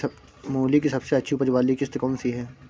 मूली की सबसे अच्छी उपज वाली किश्त कौन सी है?